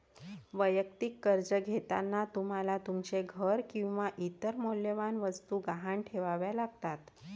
वैयक्तिक कर्ज घेताना तुम्हाला तुमचे घर किंवा इतर मौल्यवान वस्तू गहाण ठेवाव्या लागतात